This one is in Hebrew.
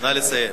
נא לסיים.